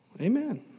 Amen